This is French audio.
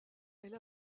elle